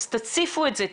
אז תציפו את זה,